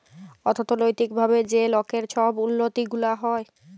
অথ্থলৈতিক ভাবে যে লকের ছব উল্লতি গুলা হ্যয়